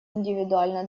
индивидуально